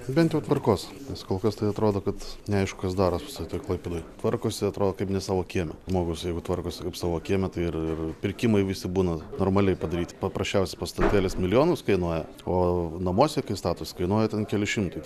bent jau tvarkos nes kol kas tai atrodo kad neaišku kas darosi visoj toj klaipėdoj tvarkosi atrodo kaip ne savo kieme žmogus jeigu tvarkosi kaip savo kieme tai ir ir pirkimai visi būna normaliai padaryti paprasčiausias pastatėlis milijonus kainuoja o namuose kai statosi kainuoja ten kelis šimtus